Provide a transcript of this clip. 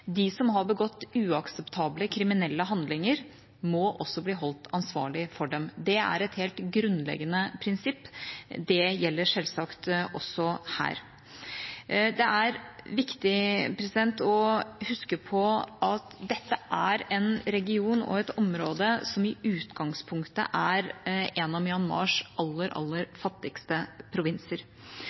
De som har begått uakseptable kriminelle handlinger, må også bli holdt ansvarlig for dem. Det er et helt grunnleggende prinsipp, og det gjelder selvsagt også her. Det er viktig å huske på at dette er en region og et område som i utgangspunktet er en av Myanmars aller fattigste provinser.